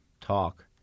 talk